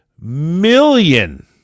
million